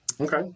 Okay